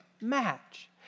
match